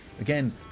Again